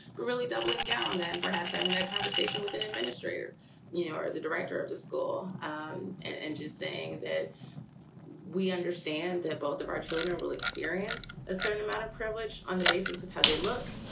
but really doubling down and perhaps i mean, that conversation with an administrator you know or the director of the school um and and just saying that we understand that both of our children will experience a certain amount of privilege on the basis of how they look,